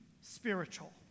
spiritual